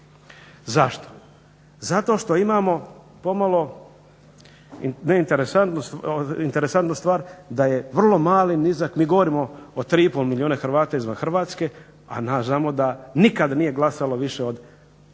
Zašto, zato što imamo interesantnu stvar da je vrlo mali, nizak, mi govorimo o 3,5 milijuna Hrvata izvan Hrvatske, a znamo da nikada nije glasalo više od par